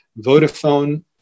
Vodafone